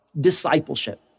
discipleship